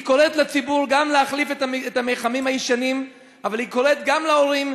היא קוראת לציבור להחליף את המיחמים הישנים אבל היא קוראת גם להורים,